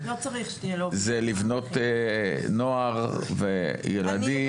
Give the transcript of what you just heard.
היא לבנות נוער וילדים